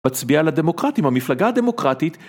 תצביע לדמוקרטים, המפלגה הדמוקרטית